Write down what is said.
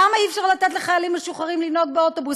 למה אי-אפשר לתת לחיילים משוחררים לנהוג באוטובוס?